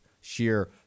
sheer